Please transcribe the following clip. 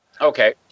Okay